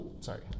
sorry